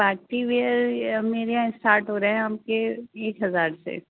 party where میرے یہاں start ہو رہے ہیں آپ کے ایک ہزار سے